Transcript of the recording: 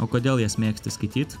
o kodėl jas mėgsti skaityt